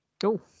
Cool